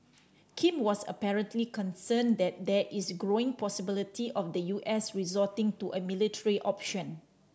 Kim was apparently concerned that there is growing possibility of the U S resorting to a military option